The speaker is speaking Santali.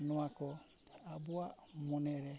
ᱱᱚᱣᱟ ᱠᱚ ᱟᱵᱚᱣᱟᱜ ᱢᱚᱱᱮ ᱨᱮ